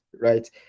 right